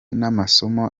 n’amasomo